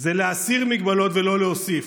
זה להסיר מגבלות ולא להוסיף.